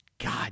God